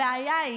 הבעיה היא,